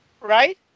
Right